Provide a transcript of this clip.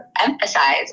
emphasize